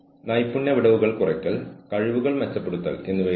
തുടർന്ന് ടെലികമ്മ്യൂട്ടറുകൾ അവരുടെ സമയപരിധിയിൽ ഉറച്ചുനിൽക്കുന്നുവെന്ന് ഉറപ്പാക്കുക